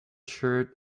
shirt